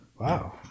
Wow